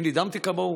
אני נדהמתי כמוהו.